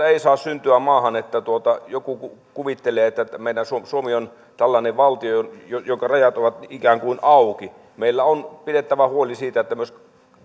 ei saa syntyä sellaista tilannetta että joku kuvittelee että suomi on tällainen valtio jonka rajat ovat ikään kuin auki meillä on pidettävä huoli siitä että myös